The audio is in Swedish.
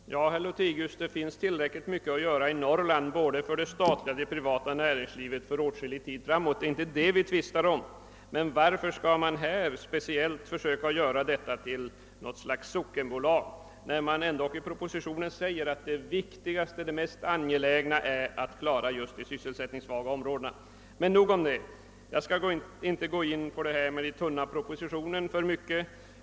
Herr talman! Ja, herr Lothigius, det finns tillräckligt mycket att göra i Norrland för det statliga och för det privata näringslivet för åtskillig tid framöver. Det är inte det vi tvistar om. Men varför skall man försöka göra SVETAB till ett slags sockenbolag, när det ändock i propositionen uttalas att det viktigaste och mest angelägna är att klara just de sysselsättningssvaga områdena? Men nog om det! Jag skall inte alltför mycket gå in på frågan om den tunna propositionen.